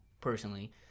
personally